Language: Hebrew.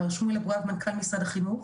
מר שמואל אבואב, מנכ"ל משרד החינוך,